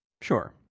Sure